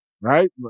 right